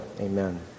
amen